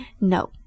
No